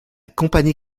compagnie